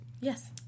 Yes